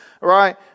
right